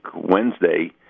Wednesday